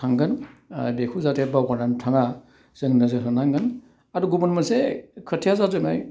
थांगोन बेखौ जाथे बावगारनानै थाङा जों नोजोर होनांगोन आरो गुबुन मोनसे खोथाया जाहैबाय